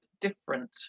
different